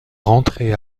rentré